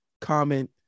comment